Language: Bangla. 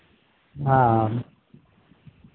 হাঁ